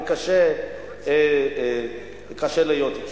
וקשה לחיות אתה.